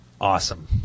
awesome